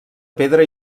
pedra